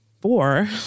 four